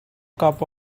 cup